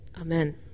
Amen